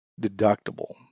deductible